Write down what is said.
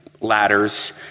ladders